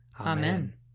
Amen